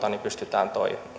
pystytään